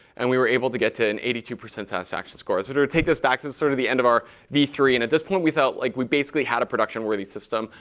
and we were able to get to an eighty two percent satisfaction score. so sort of to take this back to sort of the end of our v three. and at this point, we felt like we basically had a production-worthy system.